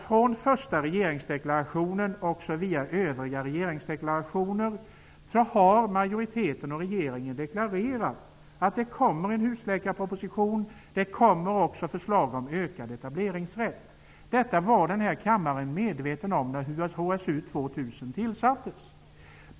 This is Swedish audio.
Från första regeringsdeklarationen, via övriga regeringsdeklarationer, har majoriteten och regeringen deklarerat att det kommer en husläkarproposition och att det också kommer förslag om ökad etableringsrätt. Detta var den här kammaren medveten om när HSU 2000 tillsattes.